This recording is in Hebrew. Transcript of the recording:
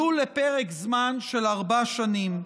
ולו לפרק זמן של ארבע שנים.